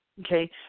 okay